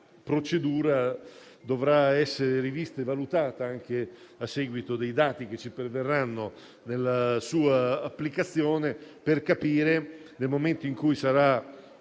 procedura dovrà essere rivista e valutata, anche a seguito dei dati che ci perverranno nella sua applicazione, per capire, nel momento in cui non